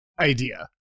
idea